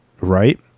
right